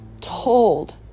told